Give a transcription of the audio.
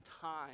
time